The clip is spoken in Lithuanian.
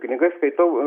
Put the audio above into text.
knygas skaitau